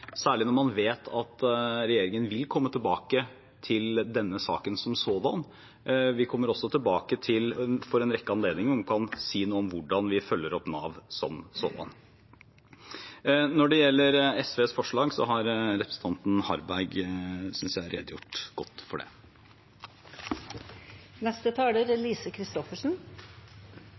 særlig når man vet at regjeringen vil komme tilbake til denne saken som sådan, men det får Stortinget avgjøre. Vi kommer også tilbake ved en rekke anledninger hvor man kan si noe om hvordan vi følger opp Nav som sådan. Når det gjelder SVs forslag, har representanten Harberg redegjort godt for det,